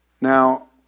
Now